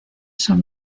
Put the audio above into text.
son